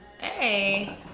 Hey